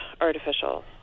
artificial